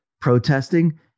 protesting